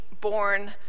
born